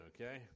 Okay